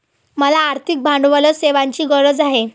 मला आर्थिक भांडवल सेवांची गरज आहे